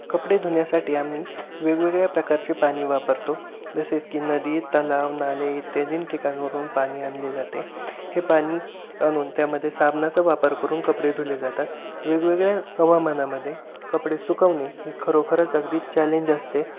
कपडे धुण्यासाठी आम्ही वेगवेगळ्या प्रकारचे पाणी वापरतो जसेच की नदी तलाव नाले इत्यादी ठिकाणावरून पाणी आणले जाते हे पाणी आणून त्यामध्ये साबणाचा वापर करून कपडे धुतले जातात वेगवेगळ्या हवामानामध्ये कपडे सुकवणे हे खरोखरंच अगदीच चॅलेंज असते